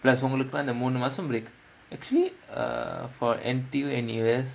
plus உங்களுக்கு எல்லாம் இந்த மூணு மாசம்:ungalukku ellaam intha moonu maasam break actually err for N_T_U N_U_S